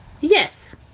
Yes